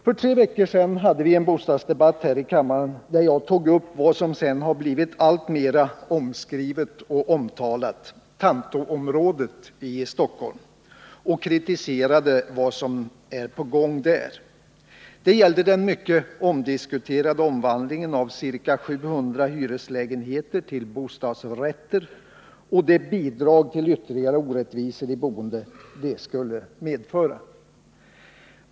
För tre veckor sedan hade vi en bostadsdebatt här i kammaren, där jag tog upp vad som sedan blivit alltmera omskrivet och omtalat, Tantoområdet i Stockholm, och kritiserade vad som är i gång där. Det gäller den mycket omdiskuterade omvandlingen av ca 700 hyreslägenheter till bostadsrätter och det bidrag till ytterligare orättvisor i boendet som detta skulle medföra.